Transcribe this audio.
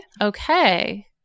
Okay